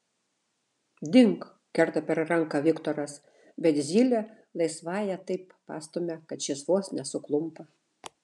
dink kerta per ranką viktoras bet zylė laisvąja taip pastumia kad šis vos nesuklumpa